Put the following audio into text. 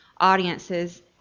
audiences